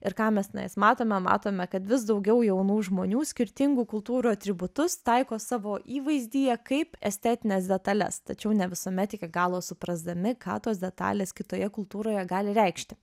ir ką mes tenais matome matome kad vis daugiau jaunų žmonių skirtingų kultūrų atributus taiko savo įvaizdyje kaip estetines detales tačiau ne visuomet iki galo suprasdami ką tos detalės kitoje kultūroje gali reikšti